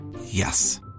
Yes